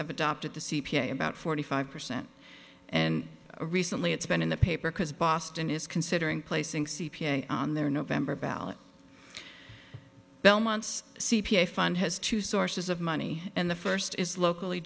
have adopted the c p a about forty five percent and recently it's been in the paper because boston is considering placing c p a on their november ballot belmont's c p a fund has two sources of money and the first is locally